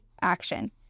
action